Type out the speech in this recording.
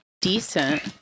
decent